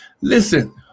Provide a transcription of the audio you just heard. Listen